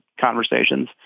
conversations